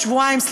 או שבועיים,